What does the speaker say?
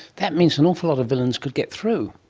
that means an awful lot of villains could get through.